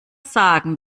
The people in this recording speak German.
sagen